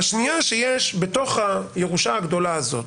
בשנייה שיש בתוך הירושה הגדולה הזאת